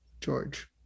George